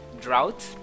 drought